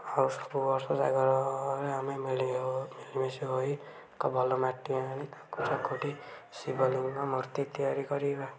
ଆଉ ସବୁ ବର୍ଷ ଜାଗରରେ ଆମେ ମେଳି ହୋ ମିଳିମିଶି ହୋଇ ଏକ ଭଲ ମାଟି ଆଣି ତାକୁ ଚକଟି ଶିବ ଲିଙ୍ଗ ମୂର୍ତ୍ତି ତିଆରି କରିବା